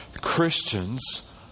Christians